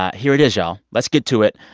ah here it is, y'all. let's get to it.